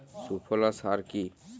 সুফলা সার কি?